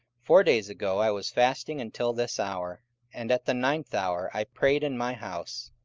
four days ago i was fasting until this hour and at the ninth hour i prayed in my house,